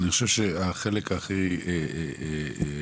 אבל אני חושב שהחלק הכי קריטי,